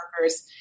workers